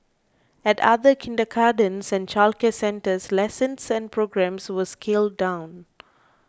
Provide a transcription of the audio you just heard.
at other kindergartens and childcare centres lessons and programmes were scaled down